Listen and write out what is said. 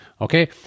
Okay